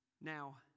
Now